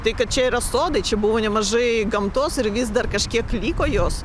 tai kad čia yra sodai čia buvo nemažai gamtos ir vis dar kažkiek liko jos